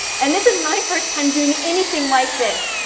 and this is my first time doing anything like this!